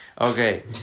Okay